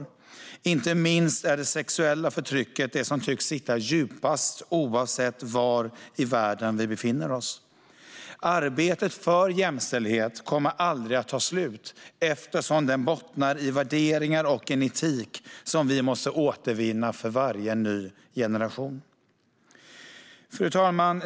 Det tycks inte minst som att det sexuella förtrycket sitter djupast, oavsett var i världen vi befinner oss. Arbetet för jämställdhet kommer aldrig att ta slut, eftersom det bottnar i värderingar och en etik som varje ny generation måste återvinna. Fru talman!